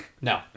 no